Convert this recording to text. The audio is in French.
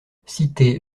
cité